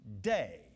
day